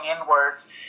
inwards